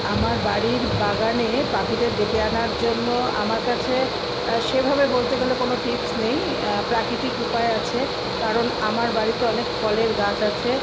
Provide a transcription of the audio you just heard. আমার বাড়ির বাগানে পাখিদের ডেকে আনার জন্য আমার কাছে সেভাবে বলতে গেলে কোনো টিপস নেই প্রাকৃতিক উপায় আছে কারণ আমার বাড়িতে অনেক ফলের গাছ আছে